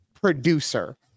producer